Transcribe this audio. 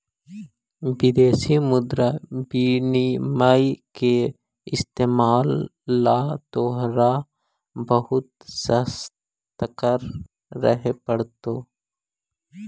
विदेशी मुद्रा विनिमय के इस्तेमाल ला तोहरा बहुत ससतर्क रहे पड़तो